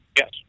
Yes